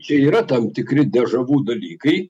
čia yra tam tikri dežavu dalykai